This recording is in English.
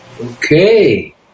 Okay